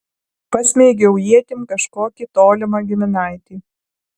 pasmeigiau ietim kažkokį tolimą giminaitį